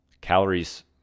calories